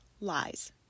lies